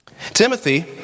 Timothy